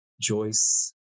Joyce